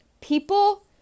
people